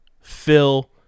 Phil